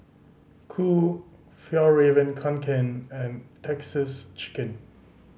Qoo Fjallraven Kanken and Texas Chicken